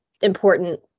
important